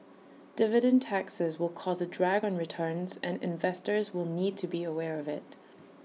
dividend taxes will cause A drag on returns and investors will need to be aware of IT